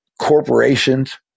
corporations